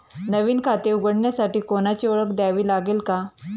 नवीन खाते उघडण्यासाठी कोणाची ओळख द्यावी लागेल का?